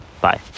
Bye